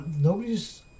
nobody's